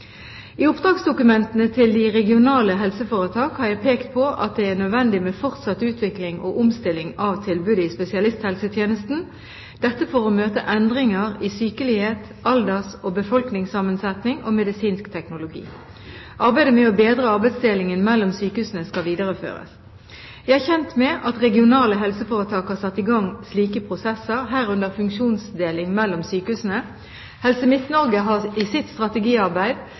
I oppdragsdokumentene til de regionale helseforetak har jeg pekt på at det er nødvendig med fortsatt utvikling og omstilling av tilbudet i spesialisthelsetjenesten – dette for å møte endringer i sykelighet, alders- og befolkningssammensetning og medisinsk teknologi. Arbeidet med å bedre arbeidsdelingen mellom sykehusene skal videreføres. Jeg er kjent med at regionale helseforetak har satt i gang slike prosesser, herunder funksjonsdeling mellom sykehusene. Helse Midt-Norge har i sitt strategiarbeid